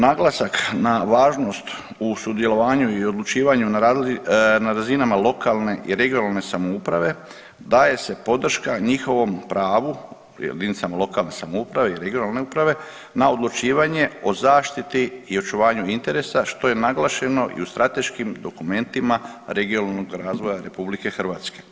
Naglasak na važnost u sudjelovanju i odlučivanju na razinama lokalne i regionalne samouprave daje se podrška njihovom pravu, jedinicama lokalne samouprave i regionalne uprave na odlučivanje o zaštiti i očuvanju interesa što je naglašeno i u strateškim dokumentima regionalnog razvoja RH.